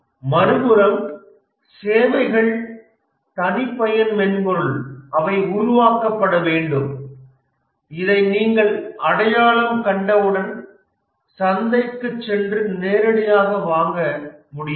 மறுபுறம் சேவைகள் தனிப்பயன் மென்பொருள் அவை உருவாக்கப்பட வேண்டும் இதை நீங்கள் அடையாளம் கண்டவுடன் சந்தைக்குச் சென்று நேரடியாகப் பெற முடியாது